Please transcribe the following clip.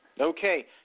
Okay